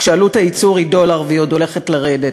כשעלות הייצור היא דולר והיא עוד עומדת לרדת.